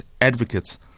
Advocates